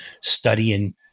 studying